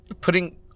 putting